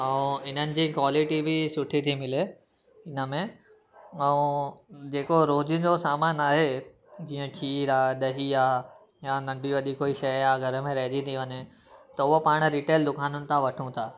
ऐं इन्हनि जी क्वालिटी बि सुठी थी मिले इन में ऐं जेको रोज़ जो सामान आहे जीअं खीरु आहे ॾही आहे या नंढी वॾी कोई शई आहे घर में रहिजी थी वञे त उहा पाण रिटेल दुकानुनि था वठूं था